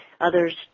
Others